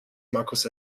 markus